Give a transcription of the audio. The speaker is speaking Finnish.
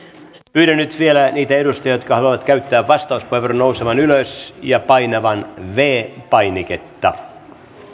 pyydän nyt vielä niitä edustajia jotka haluavat käyttää vastauspuheenvuoron nousemaan ylös ja painamaan viides painiketta